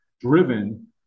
driven